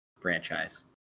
franchise